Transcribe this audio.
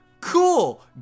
Cool